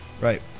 Right